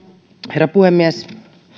herra puhemies